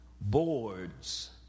boards